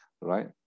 right